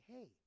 Hey